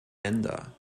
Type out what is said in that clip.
länder